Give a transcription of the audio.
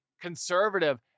conservative